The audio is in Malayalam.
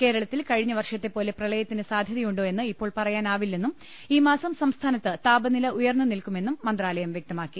കേരളത്തിൽ കഴിഞ്ഞ വർഷത്തെ പ്പോല്ലെ പ്രളയത്തിന് സാധ്യതയുണ്ടോ എന്ന് ഇപ്പോൾ പറയാനാട്വില്ലെന്നും ഈ മാസം സംസ്ഥാനത്ത് താപനില ഉയർന്നു നിൽക്കൂമെന്നും മന്ത്രാലയം വൃക്തമാക്കി